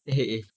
eh eh